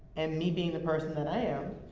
and me, being the person that i am,